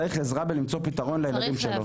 צריך עזרה בלמצוא פתרון לילדים שלו.